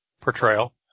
portrayal